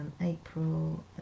April